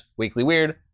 weeklyweird